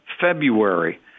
february